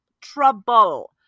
Trouble